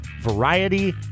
variety